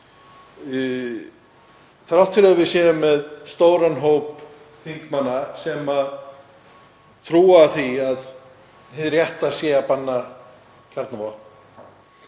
þrátt fyrir að við séum með stóran hóp þingmanna sem trúa því að hið rétta sé að banna kjarnavopn.